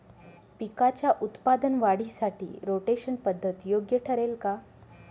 पिकाच्या उत्पादन वाढीसाठी रोटेशन पद्धत योग्य ठरेल का?